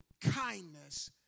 kindness